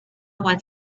one